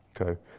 Okay